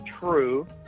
true